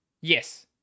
Yes